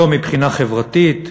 לא מבחינה חברתית,